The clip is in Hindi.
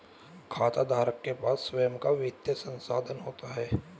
खाताधारक के पास स्वंय का वित्तीय संसाधन होता है